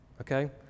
Okay